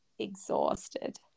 exhausted